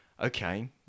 Okay